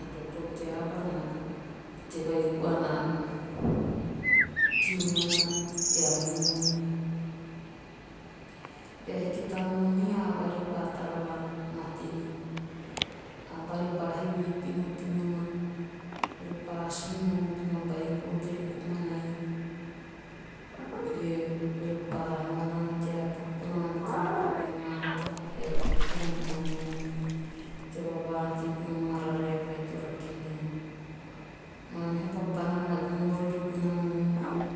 A toto tea aba na pote vai koa na kiu nana tea moni. Bea haiki ta moni a aba pa tara va mate nana. a aba repa heve pinopino nana. ore pa asun pinopino ore pa asun nana bona beiko teve komana inu. ge ore pa nao nana tea paku bona maa taba vai amaa hatatea gono bona moni. tea vava'ante bono mararae vai to rake nae. Maa meha papana na gono rori bono moni